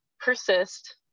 persist